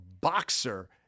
boxer